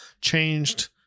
changed